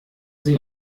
sie